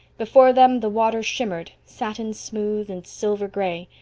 before them the water shimmered, satin smooth and silver gray,